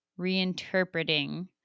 reinterpreting